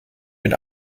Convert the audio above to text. bin